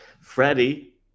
Freddie